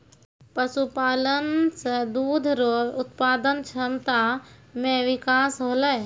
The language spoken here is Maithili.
पशुपालन से दुध रो उत्पादन क्षमता मे बिकास होलै